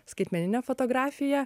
skaitmeninę fotografiją